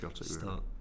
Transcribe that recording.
start